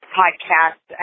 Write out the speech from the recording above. podcast